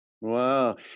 Wow